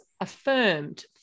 affirmed